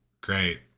great